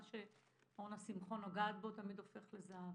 מה שאורנה שמחון נוגעת בו תמיד הופך לזהב.